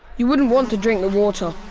you wouldn't want to drink the water.